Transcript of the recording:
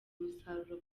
umusaruro